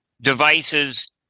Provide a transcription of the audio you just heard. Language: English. devices